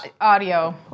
audio